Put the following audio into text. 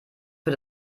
für